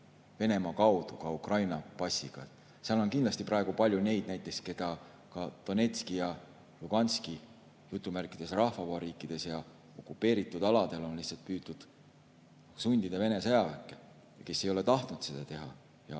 Venemaa kaudu ka Ukraina passiga ja seal on kindlasti praegu palju neid näiteks, keda ka Donetski ja Luganski "rahvavabariikides" ja okupeeritud aladel on lihtsalt püütud sundida Vene sõjaväkke, kes ei ole tahtnud seda teha ja